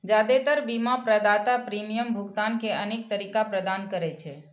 जादेतर बीमा प्रदाता प्रीमियम भुगतान के अनेक तरीका प्रदान करै छै